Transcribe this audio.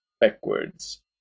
backwards